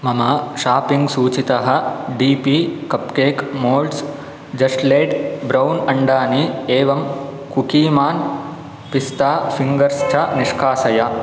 मम शाप्पिङ्ग् सूचीतः D P cupcake moulds जस्ट्लेट् ब्रौन् अण्डानि एवं कुकीमान् पिस्ता फिङ्गर्स च निष्कासय